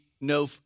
no